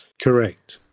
correct.